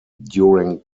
during